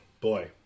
boy